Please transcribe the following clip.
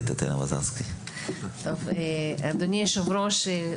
אדוני היושב-ראש,